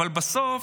אבל בסוף